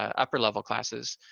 upper level classes.